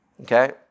Okay